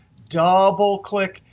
double click,